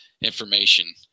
information